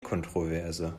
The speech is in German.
kontroverse